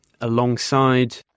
alongside